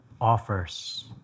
offers